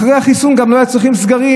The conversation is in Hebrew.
אחרי החיסון גם לא היו צריכים סגרים.